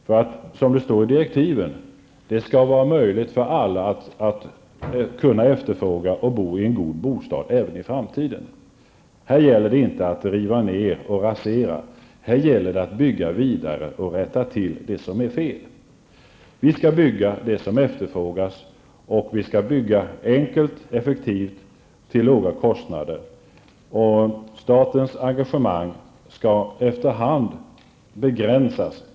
I hans direktiv anges att det skall vara möjligt för alla att efterfråga och bo i en god bostad även i framtiden. Här gäller det inte att rasera något, utan att bygga vidare och rätta till det som är fel. Vi skall bygga det som efterfrågas, och vi skall bygga enkelt, effektivt och till låga kostnader. Statens engagemang skall efter hand begränsas.